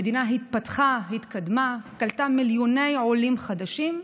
המדינה התפתחה, התקדמה, קלטה מיליוני עולים חדשים,